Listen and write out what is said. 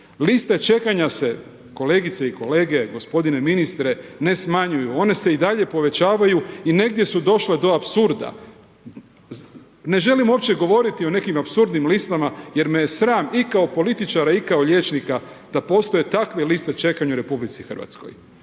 Liste čekanja se, kolegice i kolege, gospodine ministre ne smanjuju. One se i dalje povećavaju i negdje su došle do apsurda. Ne želim uopće govoriti o nekim apsurdnim listama jer me je sram i kao političara i kao liječnika da postoje takve liste čekanja u RH. Dug zdravstva